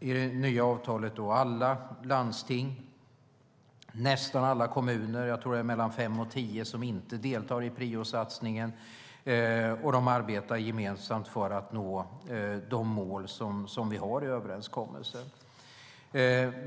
i det nya avtalet fått med alla landsting och nästan alla kommuner - jag tror att det är mellan fem och tio som inte deltar i PRIO-satsningen - och de arbetar gemensamt för att nå de mål vi har i överenskommelsen.